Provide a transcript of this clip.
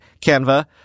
Canva